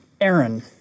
Aaron